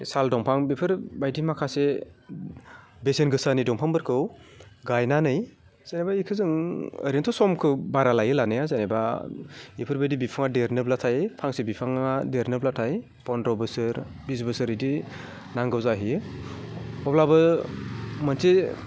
साल दंफां बेफोरबायदि माखासे बेसेनगोसानि दंफाफोरखौ गायनानै जेनेबा बेखौ जों ओरैनोथ' समखौ बारा लायो लानाया जेनेबा बेफोरबायदि बिफाङा देरनोब्लाथाय फांसे बिफाङा देरनोब्लाथाय पन्द्र' बोसोर बिस बोसोर बिदि नांगौ जाहैयो अब्लाबो मोनसे